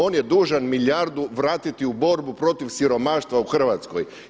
On je dužan milijardu vratiti u borbu protiv siromaštva u Hrvatskoj.